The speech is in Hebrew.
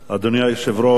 אדוני היושב-ראש,